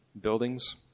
buildings